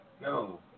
No